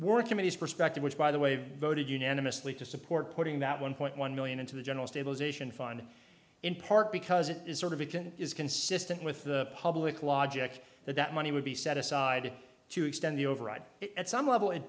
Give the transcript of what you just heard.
work committees perspective which by the way voted unanimously to support putting that one point one million into the general stabilization fund in part because it is sort of region is consistent with the public logic that that money would be set aside to extend the override at some level it